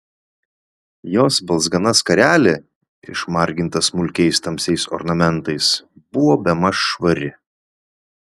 jos balzgana skarelė išmarginta smulkiais tamsiais ornamentais buvo bemaž švari